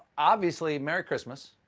obviously, merry christmas.